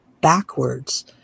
backwards